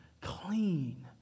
clean